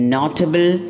Notable